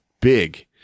big